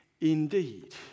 indeed